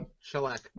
shellac